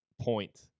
point